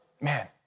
man